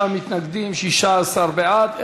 39 מתנגדים, 16 בעד.